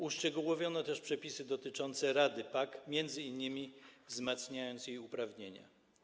Uszczegółowiono też przepisy dotyczące Rady PAK, m.in. wzmacniając jej uprawnienia.